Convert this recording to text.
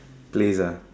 plays ah